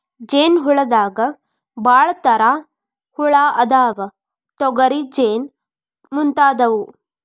ಜೇನ ಹುಳದಾಗ ಭಾಳ ತರಾ ಹುಳಾ ಅದಾವ, ತೊಗರಿ ಜೇನ ಮುಂತಾದವು